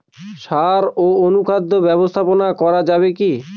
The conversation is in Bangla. সাড় ও অনুখাদ্য ব্যবস্থাপনা করা যাবে কি?